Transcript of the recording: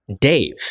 Dave